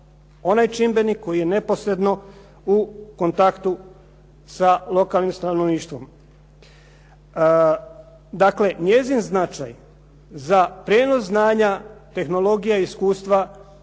onaj čimbenik koji je neposredno u kontaktu sa lokalnim stanovništvom. Dakle, njezin značaj za prijenos znanja, tehnologija i iskustva